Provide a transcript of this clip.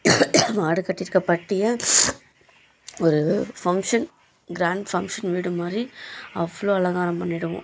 மாடு கட்டியிருக்க பட்டியை ஒரு ஃபங்க்ஷன் க்ராண்ட் ஃபங்க்ஷன் வீடுமாதிரி அவ்வளோ அலங்காரம் பண்ணிடுவோம்